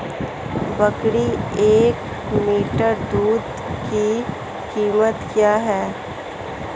बकरी के एक लीटर दूध की कीमत क्या है?